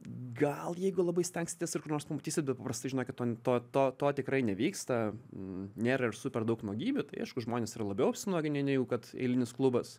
gal jeigu labai stengsitės ir kur nors pamatysit bet paprastai žinokit to to to tikrai nevyksta nėra ir super daug nuogybių tai aišku žmonės ir labiau apsinuoginę negu kad eilinis klubas